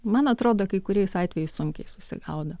man atrodo kai kuriais atvejais sunkiai susigaudo